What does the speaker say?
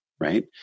right